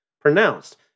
pronounced